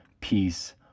peace